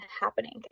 happening